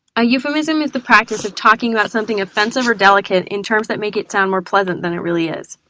a euphemism is the practice of talking about something offensive or delicate in terms that make it sound more pleasant than it really is.